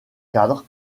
cadre